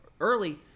early